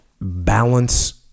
balance